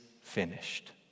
finished